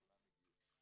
וכולם הגיעו.